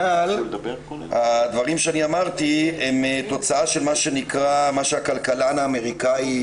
הדברים שאמרתי הם תוצאה של מה שהכלכלן האמריקאי